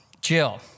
Jill